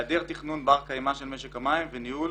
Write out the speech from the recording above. היעדר תכנון בר קיימא של משק המים וניהול